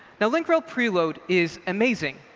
now, link rel preload is amazing.